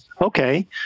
Okay